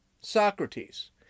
Socrates